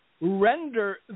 render